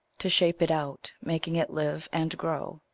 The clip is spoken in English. to shape it out, making it live and grow.